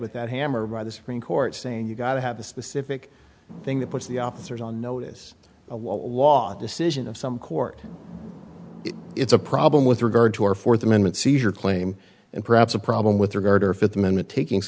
with that hammer by the supreme court saying you've got to have a specific thing that puts the officers on notice a lot decision of some court it's a problem with regard to our fourth amendment seizure claim and perhaps a problem with regard to our fifth amendment taking